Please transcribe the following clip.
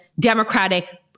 Democratic